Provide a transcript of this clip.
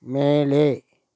மேலே